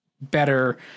better